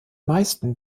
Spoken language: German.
meisten